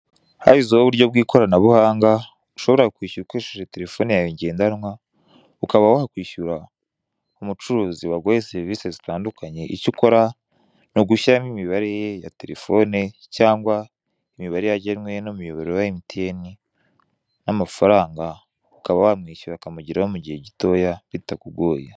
Hashyizweho uburyo bw'ikoranabuhanga ushobora kwishyuramo ukoresheje telefoni yawe ngendanwa, ukaba wakwishyura umucuruzi waguhaye serivisi zitandukanye. Icyo ukora ni ugushyiramo imibare ye ya telefoni, cyangwa imibare yagenwe n'umuyoboro wa emutiyeni, n'amafaranga, ukaba wamwishyura akamugeraho mu gihe gitoya, bitakugoye.